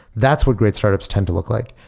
that's what great startup tends to look like.